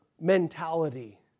mentality